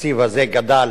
התקציב הזה גדל